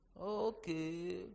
Okay